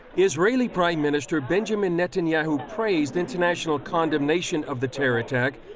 israeli prime minister benjamin netanyahu praised international condemnation of the terror attack,